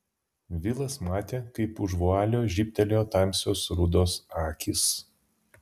vilas matė kaip už vualio žybtelėjo tamsios rudos akys